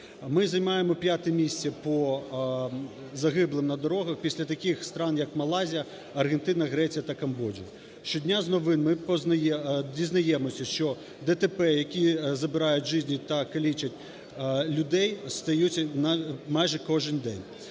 Ми займаємо п'яте місце по загиблих на дорогах після таких стран, як Малайзія, Аргентина, Греція та Камбоджа. Щодня з новин ми дізнаємося, що ДТП, які забирають життя та калічать людей, стаються майже кожен день.